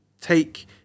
Take